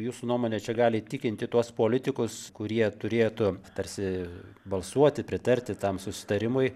jūsų nuomone čia gali įtikinti tuos politikus kurie turėtų tarsi balsuoti pritarti tam susitarimui